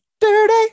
dirty